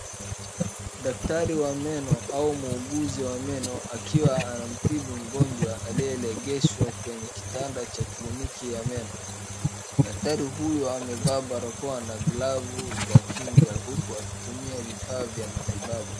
Daktari wa meno au muuguzi wa meno akiwa anamtibu mgonjwa aliyelegeshwa kwenye kitanda cha kliniki ya meno. Daktari huyu amevaa barakoa na glavu za kinga huku akitumia vifaa vya matibabu.